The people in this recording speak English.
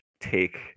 take